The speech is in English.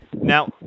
Now